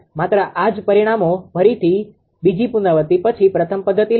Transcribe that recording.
માત્ર આ જ પરિણામો પરથી બીજી પુનરાવૃત્તિ પછી પ્રથમ પદ્ધતિ લેવાય છે